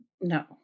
No